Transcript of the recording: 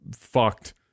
fucked